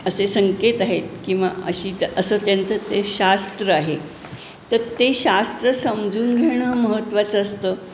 असे संकेत आहेत किंवा अशी असं त्यांचं ते शास्त्र आहे तर ते शास्त्र समजून घेणं महत्वाचं असतं